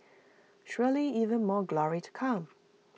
surely even more glory to come